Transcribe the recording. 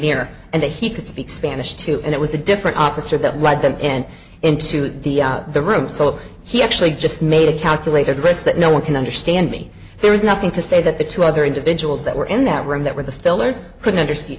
here and that he could speak spanish to and it was a different officer that led them and into the room so he actually just made a calculated risk that no one can understand me there is nothing to say that the two other individuals that were in that room that were the fillers couldn't understand